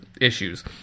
issues